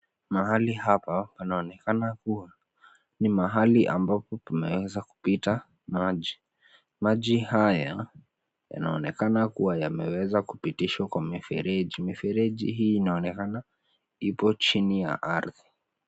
Mahali hapa panaonekana kuwa ni mahali ambapo pameweza kupita maji. Maji haya yanaonekana kuwa yamweza kupitishwa kwa mifereji. Mifereji hii inaonekana ipo chini ya ardhi.